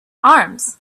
arms